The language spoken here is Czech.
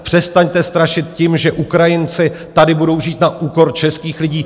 Přestaňte strašit tím, že Ukrajinci tady budou žít na úkor českých lidí!